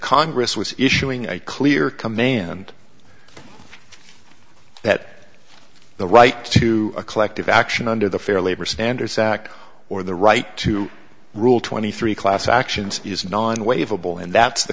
congress was issuing a clear command that the right to a collective action under the fair labor standards act or the right to rule twenty three class actions is non wave a ball and that's the